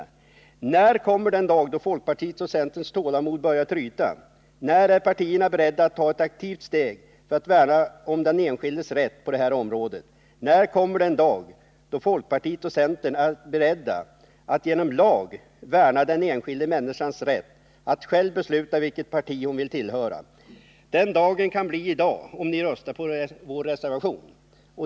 När kommer den dag då folkpartiets och centerns tålamod börjar tryta? När är partierna beredda att ta ett aktivt steg för att värna den enskildes rätt på det här området? När kommer den dag då folkpartiet och centern är beredda att genom lag värna den enskilda människans rätt att själv besluta vilket parti hon vill tillhöra? Den dagen kan bli i dag, om ni röstar på vår reservation.